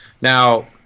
Now